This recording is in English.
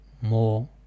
more